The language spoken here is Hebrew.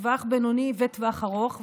טווח בינוני וטווח ארוך,